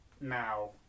Now